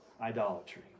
idolatry